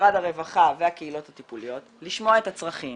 משרד הרווחה והקהילות הטיפוליות לשמוע את הצרכים